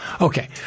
Okay